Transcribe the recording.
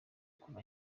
kuva